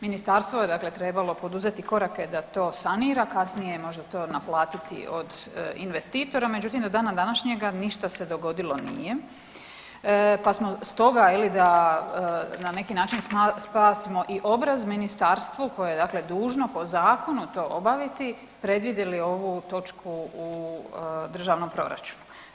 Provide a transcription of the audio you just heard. Ministarstvo je dalje trebalo poduzeti korake da to sanira, kasnije možda to naplatiti od investitora, međutim do dana današnjega ništa se dogodilo nije pa smo stoga da na neki način spasimo i obraz ministarstvu koje je dužno po zakonu to obaviti predvidjeli ovu točku u državnom proračunu.